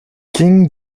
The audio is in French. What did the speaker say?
king